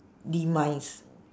demise